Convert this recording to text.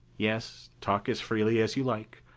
yes. talk as freely as you like.